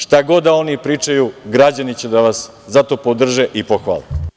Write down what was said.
Šta god da oni pričaju, građani će da vas zato podrže i pohvale.